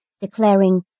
declaring